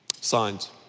Signs